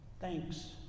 Thanks